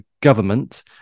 government